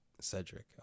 Cedric